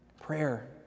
Prayer